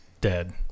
dead